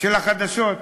של החדשות,